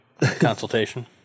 consultation